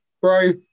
bro